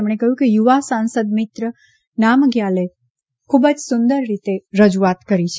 તેમણે કહ્યું કે યુવા સાંસદ મિત્ર નામગ્યાલે ખૂબ જ સુંદર રીતે રજૂઆત કરી છે